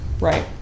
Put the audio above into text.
Right